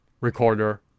recorder